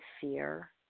fear